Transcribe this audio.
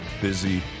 busy